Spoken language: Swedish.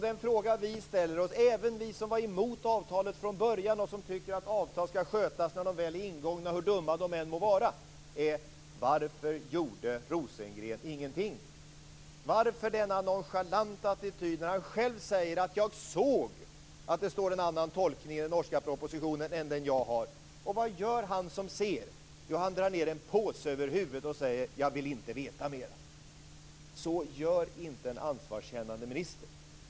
Den fråga vi ställer oss - även vi som var emot avtalet från början och som tycker att avtal ska skötas när de väl är ingångna hur dumma de än må vara - är varför Rosengren ingenting gjorde. Varför denna nonchalanta attityd när han själv säger att han såg att det stod en annan tolkning i den norska propositionen än den han hade? Vad gör han som ser? Jo, han drar ned en påse över huvudet och säger att han inte vill veta mer. Så gör inte en ansvarskännande minister.